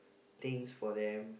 things for them